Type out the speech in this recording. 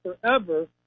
forever